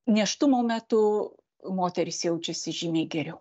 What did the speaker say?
nėštumo metu moterys jaučiasi žymiai geriau